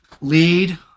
lead